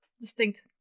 distinct